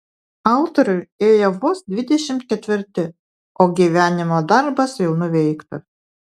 autoriui ėjo vos dvidešimt ketvirti o gyvenimo darbas jau nuveiktas